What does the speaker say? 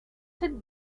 cette